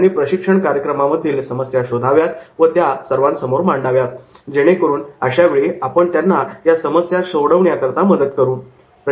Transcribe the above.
त्यांनी प्रशिक्षण कार्यक्रमामधील समस्या शोधाव्यात व त्या सर्वांसमोर मांडाव्यात जेणेकरून अशा वेळी आपण त्यांना या समस्या सोडविण्याकरिता मदत करू शकू